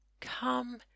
Come